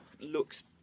looks